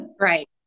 Right